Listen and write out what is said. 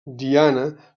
diana